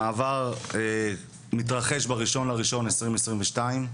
המערב מתרחש ב- 1.1.2022,